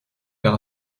car